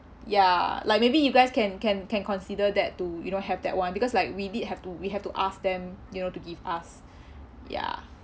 ya like maybe you guys can can can consider that to you know have that one because like we did have to we have to ask them you know to give us ya